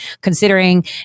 considering